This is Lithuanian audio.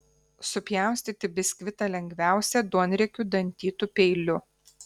supjaustyti biskvitą lengviausia duonriekiu dantytu peiliu